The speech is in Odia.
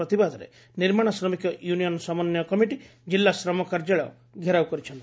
ପ୍ରତିବାଦରେ ନିର୍ମାଶ ଶ୍ରମିକ ୟୁନିଅନ୍ ସମନ୍ୱୟ କମିଟି କିଲ୍ଲା ଶ୍ରମ କାର୍ଯ୍ୟାଳୟ ଘେରାଉ କରିଛନ୍ତି